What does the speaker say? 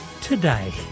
today